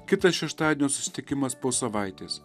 kitas šeštadienio susitikimas po savaitės